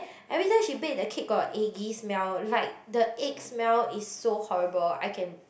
everytime she bake the cake got eggy smell like the egg smell is so horrible I can